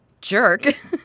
jerk